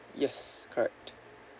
yes correct